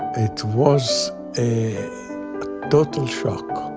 it was a total shock.